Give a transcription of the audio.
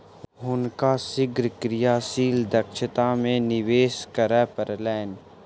हुनका शीघ्र क्रियाशील दक्षता में निवेश करअ पड़लैन